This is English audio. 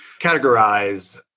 categorize